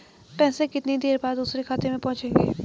पैसे कितनी देर बाद दूसरे खाते में पहुंचेंगे?